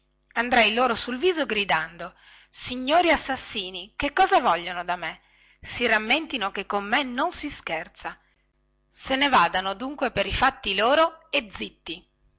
anderei loro sul viso gridando signori assassini che cosa vogliono da me si rammentino che con me non si scherza se ne vadano dunque per i fatti loro e zitti